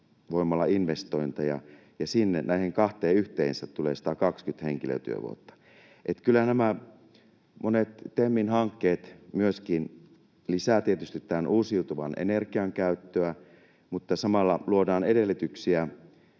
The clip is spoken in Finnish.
aurinkovoimalainvestointeja, ja sinne näihin kahteen yhteensä tulee 120 henkilötyövuotta, eli kyllä nämä monet TEMin hankkeet myöskin lisäävät tietysti tämän uusiutuvan energian käyttöä, mutta samalla luodaan edellytyksiä